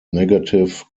negative